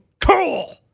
Cool